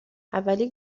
اولی